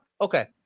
okay